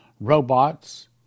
robots